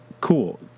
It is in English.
cool